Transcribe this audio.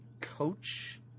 coach